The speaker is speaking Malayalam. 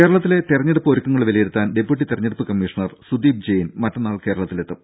കേരളത്തിലെ തെരഞ്ഞെടുപ്പ് ഒരുക്കങ്ങൾ വിലയിരുത്താൻ ഡെപ്യൂട്ടി തെരഞ്ഞെടുപ്പ് കമ്മീഷണർ സുദീപ് ജെയിൻ മറ്റന്നാൾ കേരളത്തിലെത്തും